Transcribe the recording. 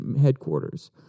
headquarters